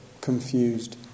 confused